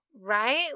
Right